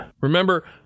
Remember